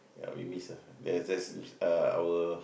ya we miss her that that's uh our